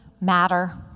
matter